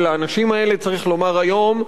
ולאנשים האלה צריך לומר היום: